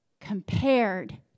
compared